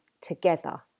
together